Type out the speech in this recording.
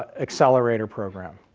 accelerator program.